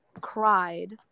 cried